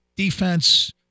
Defense